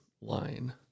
line